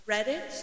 Reddit